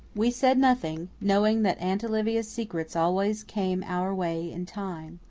we said nothing, knowing that aunt olivia's secrets always came our way in time.